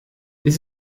this